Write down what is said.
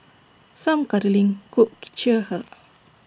some cuddling could cheer her up